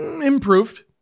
improved